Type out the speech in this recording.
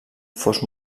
fos